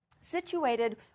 situated